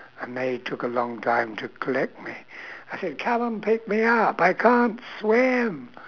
and they took a long time to collect me I said come on pick me up I can't swim